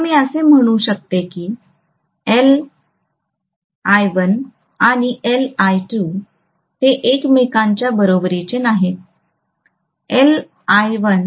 तर मी असे म्हणेन की Ll1 आणि Ll2 ते एकमेकांच्या बरोबरीचे नाहीत